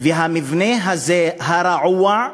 והמבנה הזה, הרעוע,